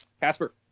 Casper